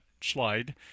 slide